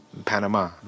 Panama